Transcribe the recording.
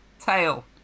Tail